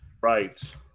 Right